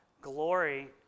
glory